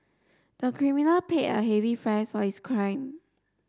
the criminal paid a heavy price for his crime